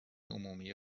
عمومی